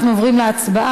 אנחנו עוברים להצבעה.